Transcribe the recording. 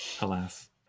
Alas